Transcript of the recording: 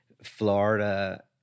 Florida